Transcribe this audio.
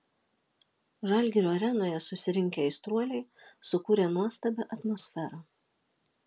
žalgirio arenoje susirinkę aistruoliai sukūrė nuostabią atmosferą